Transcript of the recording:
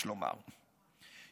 יש לומר,